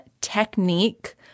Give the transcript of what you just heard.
technique